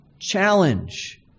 challenge